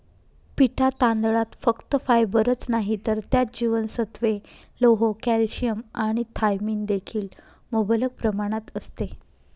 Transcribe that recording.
पिटा तांदळात फक्त फायबरच नाही तर त्यात जीवनसत्त्वे, लोह, कॅल्शियम आणि थायमिन देखील मुबलक प्रमाणात असते